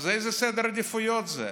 אז איזה סדר עדיפויות זה?